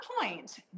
point